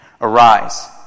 Arise